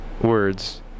words